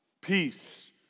peace